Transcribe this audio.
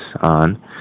on